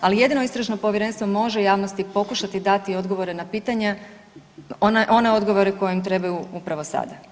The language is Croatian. Ali jedino istražno povjerenstvo može javnosti pokušati dati odgovore na pitanja, one odgovore koji im trebaju upravo sada.